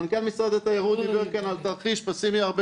מנכ"ל משרד התיירות דיבר כאן על תרחיש פסימי הרבה